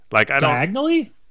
Diagonally